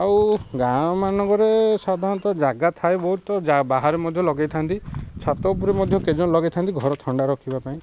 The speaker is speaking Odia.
ଆଉ ଗାଁ'ମାନଙ୍କରେ ସାଧାରଣତଃ ଜାଗା ଥାଏ ବହୁତ ବାହାରେ ମଧ୍ୟ ଲଗେଇଥାନ୍ତି ଛାତ ଉପରେ ମଧ୍ୟ କେତେ ଜଣ ଲଗେଇଥାନ୍ତି ଘର ଥଣ୍ଡା ରଖିବା ପାଇଁ